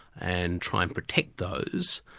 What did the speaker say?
and trying to protect those,